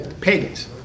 Pagans